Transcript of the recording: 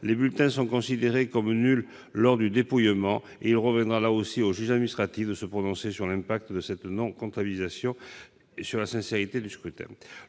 les bulletins sont considérés comme nuls lors du dépouillement, auquel cas il reviendra au juge administratif de se prononcer sur l'impact de cette non-comptabilisation sur la sincérité du scrutin.